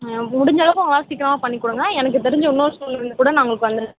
ஆ முடிஞ்ச அளவுக்கு உங்கனால சீக்கிரமாக பண்ணி கொடுங்க எனக்கு தெரிஞ்ச இன்னொரு ஸ்கூல் கூட நான் உங்களுக்கு வந்து